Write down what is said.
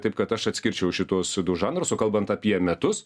taip kad aš atskirčiau šituos du žanrus o kalbant apie metus